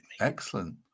excellent